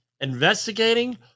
investigating